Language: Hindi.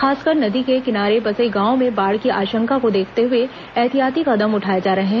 खासकर नदी के किनारे बसे गांवों में बाढ़ की आशंका को देखते हुए ऐहतियाति कदम उठाए जा रहे हैं